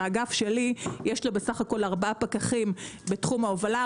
לאגף שלי יש בסך הכול ארבעה פקחים בתחום ההובלה,